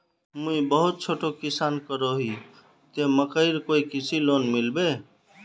मुई बहुत छोटो किसान करोही ते मकईर कोई कृषि लोन मिलबे?